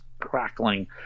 crackling